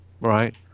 right